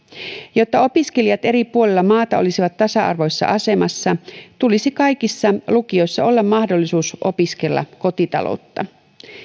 jotta opiskelijat eri puolilla maata olisivat tasa arvoisessa asemassa tulisi kaikissa lukioissa olla mahdollisuus opiskella kotitaloutta